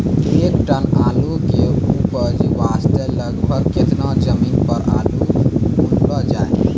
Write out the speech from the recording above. एक टन आलू के उपज वास्ते लगभग केतना जमीन पर आलू बुनलो जाय?